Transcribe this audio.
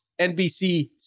NBC